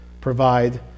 provide